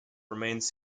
remains